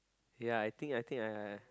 ya I think I think I I